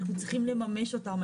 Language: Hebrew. אנחנו צריכים לממש אותם,